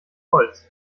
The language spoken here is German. holz